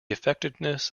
effectiveness